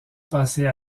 passer